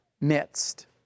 midst